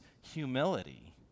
humility